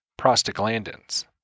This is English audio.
prostaglandins